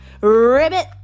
Ribbit